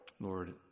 Lord